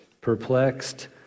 Perplexed